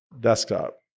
desktop